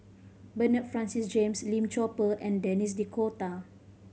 Bernard Francis James Lim Chor Pee and Denis D'Cotta